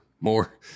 more